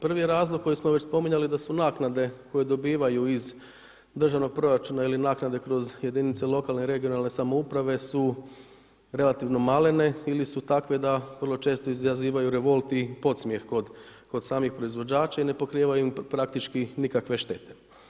Prvi razlog koji smo već spominjali da su naknade koje dobivaju iz državnog proračuna ili naknade kroz jedinice lokalne ili regionalne samouprave su relativno malene ili su takve da vrlo često izazivaju revolt i podsmijeh kod samih proizvođača i ne pokrivaju im zapravo nikakve štete.